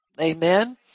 Amen